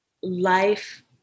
life